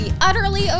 utterly